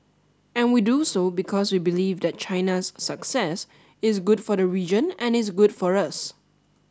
and we do so because we believe that China's success is good for the region and is good for us